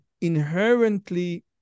inherently